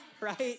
right